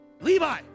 Levi